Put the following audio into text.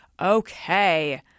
Okay